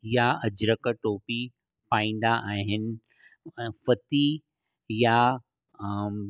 या अजरक टोपी पाईंदा आहिनि फ़ती या